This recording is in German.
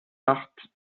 acht